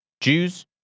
Jews